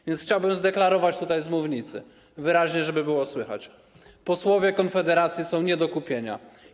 A więc chciałbym zdeklarować tutaj z mównicy wyraźnie, żeby było słychać: posłowie Konfederacji są nie do kupienia.